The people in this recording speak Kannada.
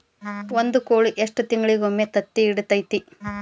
ಒಂದ್ ಕೋಳಿ ಎಷ್ಟ ತಿಂಗಳಿಗೊಮ್ಮೆ ತತ್ತಿ ಇಡತೈತಿ?